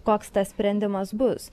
koks tas sprendimas bus